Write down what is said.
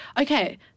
okay